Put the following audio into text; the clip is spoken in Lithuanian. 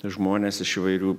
žmonės iš įvairių